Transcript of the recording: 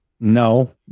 No